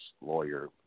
lawyer